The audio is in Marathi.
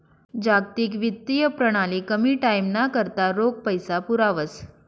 जागतिक वित्तीय प्रणाली कमी टाईमना करता रोख पैसा पुरावस